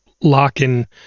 locking